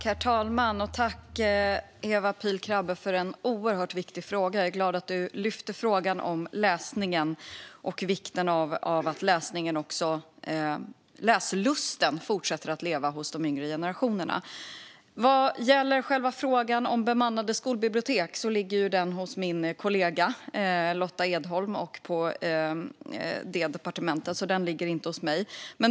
Herr talman! Tack, Ewa Pihl Krabbe, för en oerhört viktig fråga! Jag är glad att du lyfter fram frågan om läsningen och vikten av att läslusten fortsätter att leva hos de yngre generationerna. Vad gäller frågan om bemannade skolbibliotek ligger den hos min kollega Lotta Edholm och på det departementet, så den ligger inte hos mig.